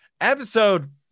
Episode